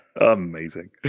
Amazing